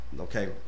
Okay